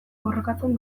borrokatzen